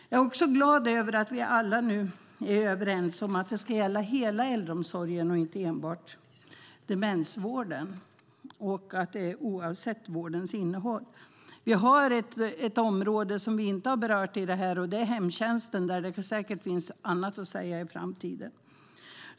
Jag är också glad över att vi nu alla är överens om att detta ska gälla i hela äldreomsorgen och inte bara demensvården. Det ska gälla oavsett vårdens innehåll. Det finns ett område som vi inte har berört, nämligen hemtjänsten. Där finns det säkert annat att säga i framtiden.